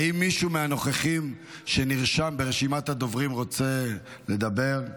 האם מישהו מהדוברים שנרשם ברשימת הדוברים רוצה לדבר?